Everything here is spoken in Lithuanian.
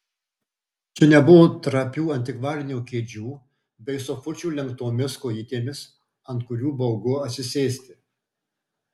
čia nebuvo trapių antikvarinių kėdžių bei sofučių lenktomis kojytėmis ant kurių baugu atsisėsti